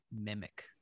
Mimic